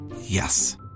Yes